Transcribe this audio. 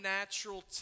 natural